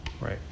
right